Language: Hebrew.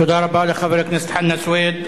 תודה רבה לחבר הכנסת חנא סוייד.